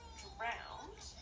drowned